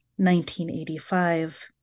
1985